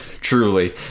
Truly